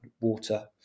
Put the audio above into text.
water